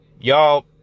y'all